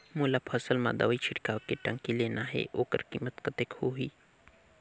मोला फसल मां दवाई छिड़काव के टंकी लेना हे ओकर कीमत कतेक होही?